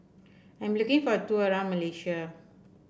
I'm looking for a tour around Malaysia